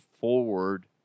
forward